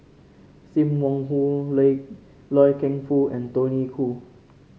Sim Wong Hoo Loy Loy Keng Foo and Tony Khoo